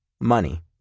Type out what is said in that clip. Money